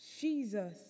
Jesus